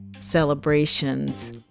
celebrations